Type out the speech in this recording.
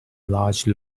large